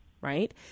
right